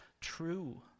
true